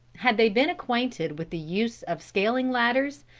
had they been acquainted with the use of scaling ladders,